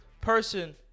Person